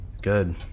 good